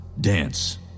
dance